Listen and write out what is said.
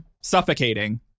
Suffocating